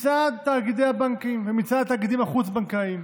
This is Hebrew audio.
מצד תאגידי הבנקים ומצד התאגידים החוץ-בנקאיים,